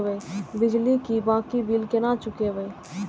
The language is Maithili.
बिजली की बाकी बील केना चूकेबे?